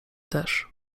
też